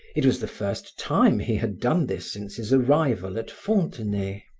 it was the first time he had done this since his arrival at fontenay.